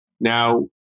Now